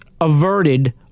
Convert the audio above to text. averted